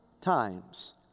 times